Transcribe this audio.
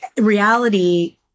reality